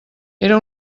era